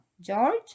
george